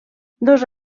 dos